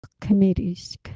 committees